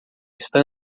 está